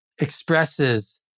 expresses